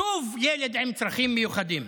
שוב ילד עם צרכים מיוחדים.